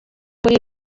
muri